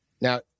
Now